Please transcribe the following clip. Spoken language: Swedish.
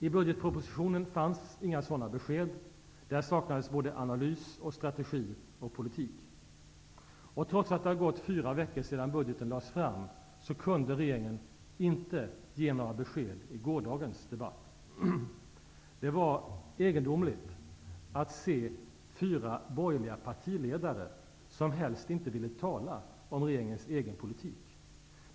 I budgetpropositionen fanns inga sådana besked. Där saknades både analys, strategi och politik. Trots att det har gått fyra veckor sedan budgeten lades fram, kunde regeringen i gårdagens debatt inte ge några besked. Det var egendomligt att se fyra borgerliga partiledare som helst inte ville tala om regeringens egen politik.